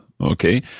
Okay